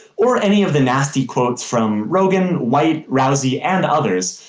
or any of the nasty quotes from rogan, white, rousey and others,